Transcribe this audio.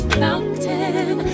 mountain